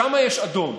שם יש אדום.